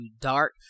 Dark